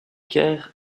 ker